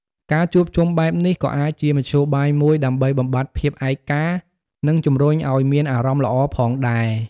ការជួបជុំបែបនេះ ក៏អាចជាមធ្យោបាយមួយដើម្បីបំបាត់ភាពឯកា និងជំរុញឱ្យមានអារម្មណ៍ល្អផងដែរ។